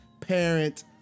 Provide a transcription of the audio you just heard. parent